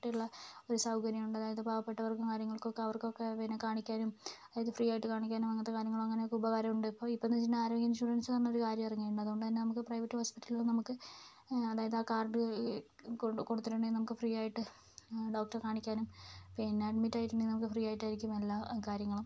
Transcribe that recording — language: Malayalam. ആയിട്ടുള്ള ഒരു സൗകര്യമുണ്ട് അതായത് പാവപ്പെട്ടവർക്കും കാര്യങ്ങൾക്കൊക്കെ അവർക്കൊക്കെ പിന്നെ കാണിക്കാനും അതായത് ഫ്രീയായിട്ട് കാണിക്കാനും അങ്ങനെത്തെ കാര്യങ്ങളും അങ്ങനെയൊക്കെ ഉപകാരമുണ്ട് ഇപ്പോൾ ഇപ്പോഴെന്ന് വെച്ചിട്ടുണ്ടെങ്കിൽ ആരോഗ്യ ഇൻഷുറൻസ് എന്നൊരു കാര്യമിറങ്ങി എന്നതുകൊണ്ടുതന്നെ നമുക്ക് പ്രൈവറ്റ് ഹോസ്പിറ്റലുകളിൽ നമുക്ക് അതായത് ആ കാർഡ് കൊടുത്തിട്ടുണ്ടെങ്കിൽ നമുക്ക് ഫ്രീയായിട്ട് ഡോക്ടറെ കാണിക്കാനും പിന്നെ അഡ്മിറ്റ് ആയിട്ടുണ്ടെങ്കിൽ ഫ്രീ ആയിട്ട് കിട്ടും എല്ലാ കാര്യങ്ങളും